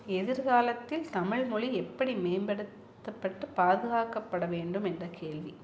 எதிர்காலத்தில் தமிழ்மொழி எப்படி மேம்படுத்தப்பட்டு பாதுகாக்கப்பட வேண்டும் என்ற கேள்வி